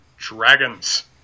dragons